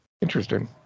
Interesting